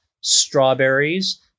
Strawberries